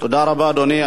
תודה רבה, אדוני.